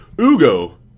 Ugo